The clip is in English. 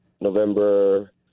November